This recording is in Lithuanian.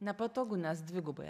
nepatogu nes dvigubai